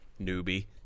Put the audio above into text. newbie